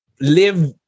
live